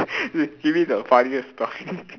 you you mean the funniest story